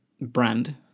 brand